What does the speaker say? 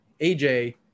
AJ